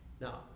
Now